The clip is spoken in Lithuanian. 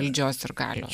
valdžios ir galios